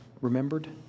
remembered